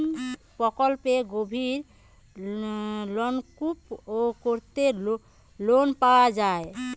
কোন প্রকল্পে গভির নলকুপ করতে লোন পাওয়া য়ায়?